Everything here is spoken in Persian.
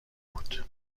بود